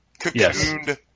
cocooned